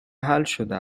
حلشده